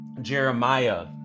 Jeremiah